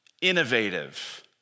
innovative